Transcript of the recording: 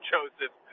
Joseph